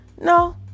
no